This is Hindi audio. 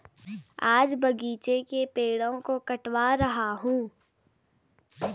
आज बगीचे के पेड़ों को कटवा रहा हूं